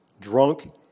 drunk